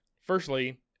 firstly